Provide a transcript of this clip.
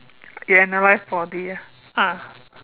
you analyse four D ah !huh!